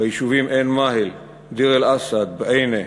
ביישובים עין-מאהל, דיר-אלאסד, בענה,